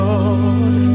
Lord